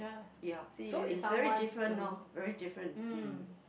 ya so is very different lor very different mm